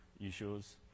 issues